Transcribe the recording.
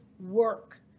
work